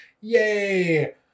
Yay